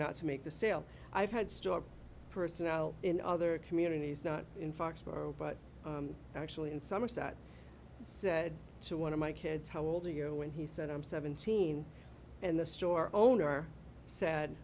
not to make the sale i've had store personnel in other communities not in foxborough but actually in somerset said to one of my kids how old are you when he said i'm seventeen and the store owner sa